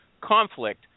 conflict